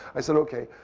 i said, ok.